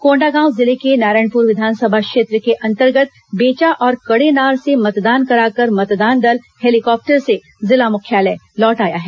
कोंडागांव जिले के नारायणपुर विधानसभा क्षेत्र के अंतर्गत बेचा और कड़ेनार से मतदान कराकर मतदान दल हेलीकॉप्टर से जिला मुख्यालय लौट आया है